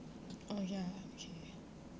oh ya okay